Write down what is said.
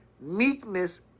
meekness